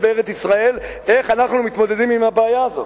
בארץ-ישראל איך אנחנו מתמודדים עם הבעיה הזאת,